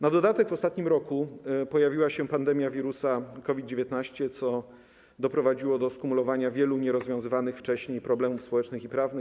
Na dodatek w ostatnim roku pojawiła się pandemia COVID-19, co doprowadziło do skumulowania się wielu nierozwiązywanych wcześniej problemów społecznych i prawnych.